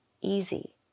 easy